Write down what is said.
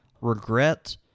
regret